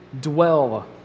dwell